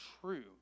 true